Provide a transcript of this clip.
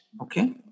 Okay